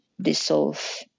dissolve